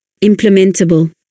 Implementable